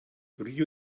rio